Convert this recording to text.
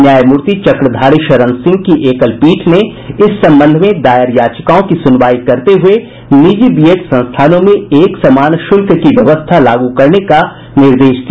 न्यायमूर्ति चक्रधारी शरण सिंह की एकल पीठ ने इस संबंध में दायर याचिकाओं की सुनवाई करते हुये निजी बीएड सस्थानों में एक समान शुल्क की व्यवस्था लागू करने का निर्देश दिया